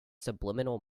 subliminal